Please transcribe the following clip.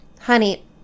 honey